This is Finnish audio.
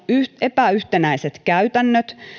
epäyhtenäiset käytännöt